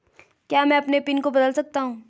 क्या मैं अपने पिन को बदल सकता हूँ?